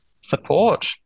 Support